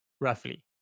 roughly